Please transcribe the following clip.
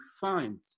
find